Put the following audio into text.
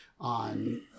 on